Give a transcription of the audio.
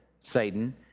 Satan